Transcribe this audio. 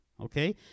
okay